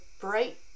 bright